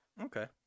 Okay